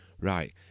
Right